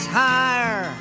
higher